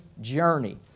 journey